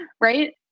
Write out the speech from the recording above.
right